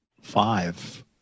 Five